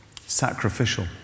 Sacrificial